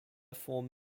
form